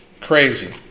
Crazy